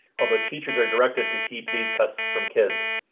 all the teachers are directed to keep these cuts from kids.